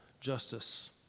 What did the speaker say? justice